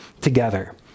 together